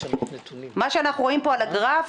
מה שאנחנו רואים פה על הגרף,